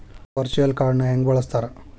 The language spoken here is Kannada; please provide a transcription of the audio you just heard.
ವರ್ಚುಯಲ್ ಕಾರ್ಡ್ನ ಹೆಂಗ ಬಳಸ್ತಾರ?